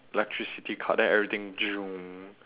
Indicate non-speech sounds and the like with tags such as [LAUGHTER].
electricity cut then everything [NOISE]